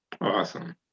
Awesome